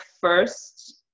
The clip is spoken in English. first